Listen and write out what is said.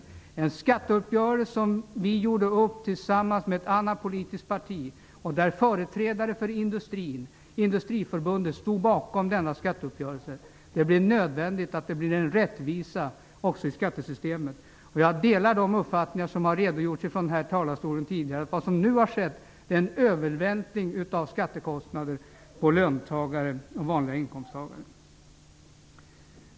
Det var en skatteuppgörelse vi gjorde med ett annat politiskt parti. Företrädare för Industriförbundet stod bakom denna skatteuppgörelse. Det är nödvändigt med rättvisa också i skattesystemet. Jag delar de uppfattningar som har redogjorts från talarstolen tidigare, dvs. vad som nu har skett är en övervältring av skattekostnader på vanliga inkomsttagare.